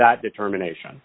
that determination